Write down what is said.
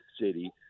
city